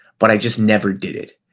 but i just never did it.